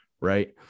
right